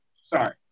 Sorry